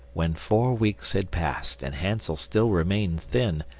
when four weeks had passed and hansel still remained thin,